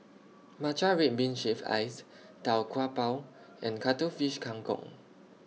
Matcha Red Bean Shaved Ice Tau Kwa Pau and Cuttlefish Kang Kong